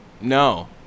No